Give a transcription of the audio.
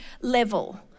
level